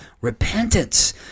repentance